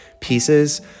pieces